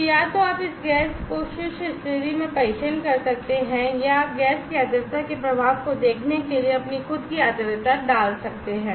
तो या तो आप इस गैस को शुष्क स्थिति में परीक्षण कर सकते हैं या आप गैस की आर्द्रता के प्रभाव को देखने के लिए अपनी खुद की आर्द्रता डाल सकते हैं